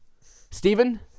Stephen